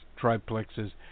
triplexes